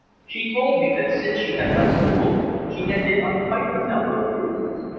she told me that since she had left school she had been on quite a number of cruises,